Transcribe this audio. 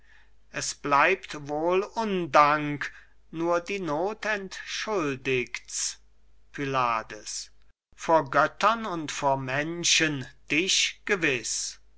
es bleibt wohl undank nur die noth entschuldigt pylades vor göttern und vor menschen dich gewiß